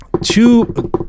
two